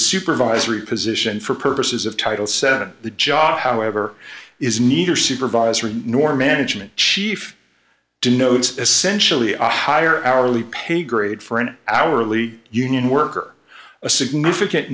supervisory position for purposes of title senate the job however is neither supervisor nor management chief denotes essentially a higher hourly pay grade for an hourly union worker a significant